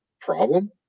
problem